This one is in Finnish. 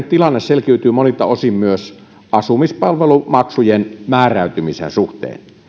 tilanne selkiytyy monilta osin myös asumispalvelumaksujen määräytymisen suhteen